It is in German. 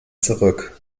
zurück